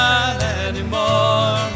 anymore